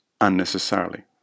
unnecessarily